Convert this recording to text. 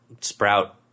Sprout